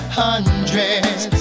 hundreds